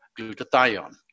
glutathione